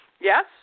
Yes